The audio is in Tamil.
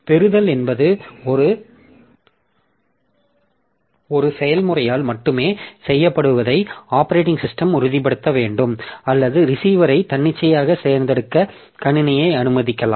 பெறுதல் என்பது ஒரு செயல்முறையால் மட்டுமே செய்யப்படுவதை ஆப்பரேட்டிங் சிஸ்டம் உறுதிப்படுத்த வேண்டும் அல்லது ரிசீவரை தன்னிச்சையாக தேர்ந்தெடுக்க கணினியை அனுமதிக்கலாம்